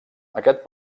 aquest